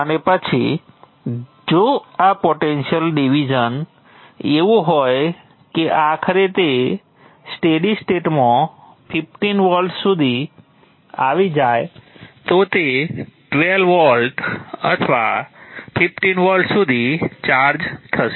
અને પછી જો આ પોટેંશિયલ ડિવિજન એવું હોય કે આખરે તે સ્ટેડી સ્ટેટમાં 15 વોલ્ટ સુધી આવી જાય તો તે 12 વોલ્ટ અથવા 15 વોલ્ટ સુધી ચાર્જ થશે